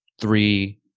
three